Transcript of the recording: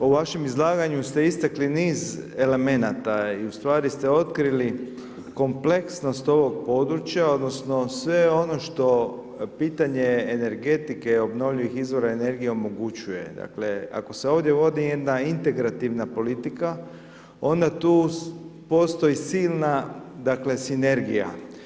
Po vašem izlaganju ste istakli niz elemenata i ustvari ste otkrili kompleksnost ovog područja odnosno sve ono što pitanje energetike, obnovljivih izvora energije omogućuje, dakle ako se ovdje vodi jedna integrativna politika, onda tu postoji silna dakle sinergija.